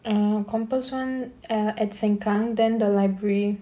err compass one err at seng kang then the library